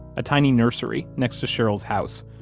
a tiny nursery next to cheryl's house,